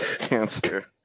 hamster